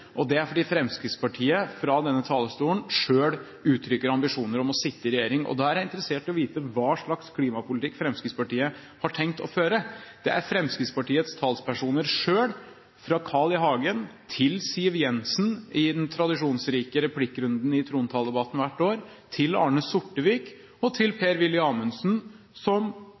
og det er fordi Fremskrittspartiet fra denne talerstolen selv uttrykker ambisjoner om å sitte i regjering. Da er jeg interessert i å vite hva slags klimapolitikk Fremskrittspartiet har tenkt å føre. Det er Fremskrittspartiets talspersoner selv, fra Carl I. Hagen til Siv Jensen i den tradisjonsrike replikkrunden i trontaledebatten hvert år, til Arne Sortevik og til Per-Willy Amundsen, som